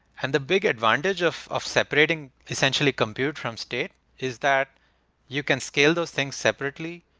and the big advantage of of separating essentially compute from state is that you can scale those things separately,